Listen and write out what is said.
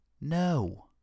No